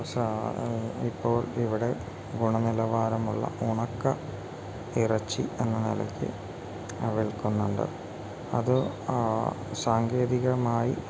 ഇപ്പോൾ ഇവിടെ ഗുണനിലവാരമുള്ള ഉണക്ക ഇറച്ചി എന്ന നിലയ്ക്ക് വിൽക്കുന്നുണ്ട് അത് സാങ്കേതികമായി